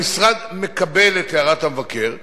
המשרד מקבל את הערת המבקר,